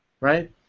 right